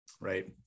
Right